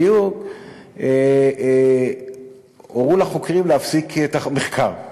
בדיוק, הורו לחוקרים להפסיק את המחקר.